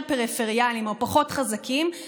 מי שגר באזורים יותר פריפריאליים או חזקים פחות,